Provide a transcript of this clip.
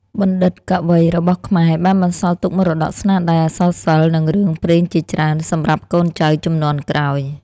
បណ្ឌិត កវីរបស់ខ្មែរបានបន្សល់ទុកមរតកស្នាដៃអក្សរសិល្ប៍ និងរឿងព្រេងជាច្រើនសម្រាប់កូនចៅជំនាន់ក្រោយ។